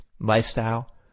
lifestyle